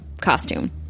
costume